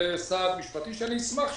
זה סעד משפטי שאני אשמח שיקרה.